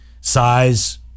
Size